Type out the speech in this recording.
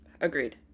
Agreed